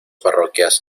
parroquias